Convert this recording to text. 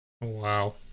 Wow